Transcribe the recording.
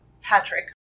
patrick